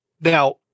now